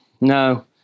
no